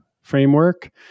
framework